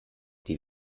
die